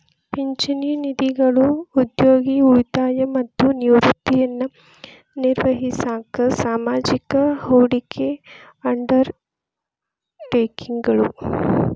ಪಿಂಚಣಿ ನಿಧಿಗಳು ಉದ್ಯೋಗಿ ಉಳಿತಾಯ ಮತ್ತ ನಿವೃತ್ತಿಯನ್ನ ನಿರ್ವಹಿಸಾಕ ಸಾಮೂಹಿಕ ಹೂಡಿಕೆ ಅಂಡರ್ ಟೇಕಿಂಗ್ ಗಳು